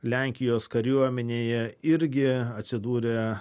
lenkijos kariuomenėje irgi atsidūrė